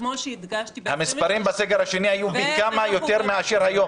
וכמו שהדגשתי --- המספרים בסגר השני היו פי כמה יותר מאשר היום.